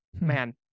Man